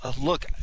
look